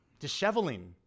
disheveling